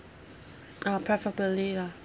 uh preferably lah